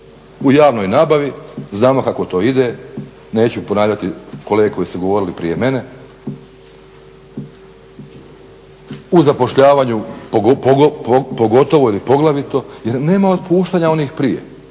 u javnoj nabavi znamo kako to ide, neću ponavljati kolege koji su govorili prije mene. U zapošljavanju pogotovo ili poglavito jer nema otpuštanja onih prije,